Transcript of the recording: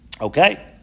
Okay